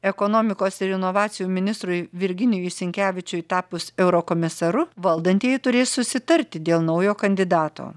ekonomikos ir inovacijų ministrui virginijui sinkevičiui tapus eurokomisaru valdantieji turės susitarti dėl naujo kandidato